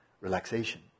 relaxation